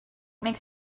makes